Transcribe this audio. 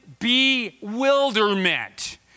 bewilderment